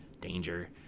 danger